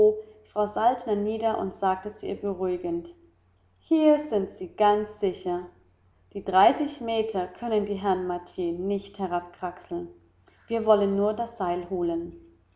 frau saltner nieder und sagte zu ihr beruhigend hier sind sie ganz sicher die dreißig meter können die herren martier nicht herabkraxeln wir wollen nur das seil holen